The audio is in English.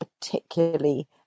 particularly